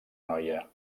noia